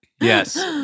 Yes